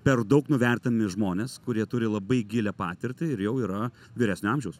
per daug nuvertinami žmonės kurie turi labai gilią patirtį ir jau yra vyresnio amžiaus